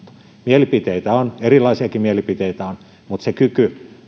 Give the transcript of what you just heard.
mielipiteitä on erilaisiakin mielipiteitä mutta se kyky